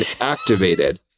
activated